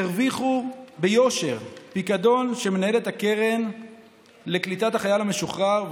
הרוויחו ביושר פיקדון של מינהלת הקרן לקליטת החייל המשוחרר,